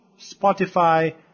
Spotify